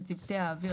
של צוותי האוויר,